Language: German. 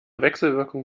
wechselwirkung